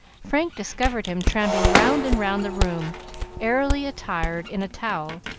frank discovered him tramping round and round the room airily attired in a towel,